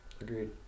Agreed